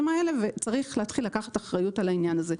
האלה וצריך להתחיל לקחת אחריות על העניין הזה.